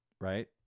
right